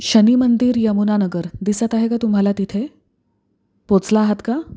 शनिमंदिर यमुनानगर दिसत आहे का तुम्हाला तिथे पोचला आहात का